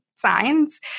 signs